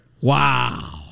Wow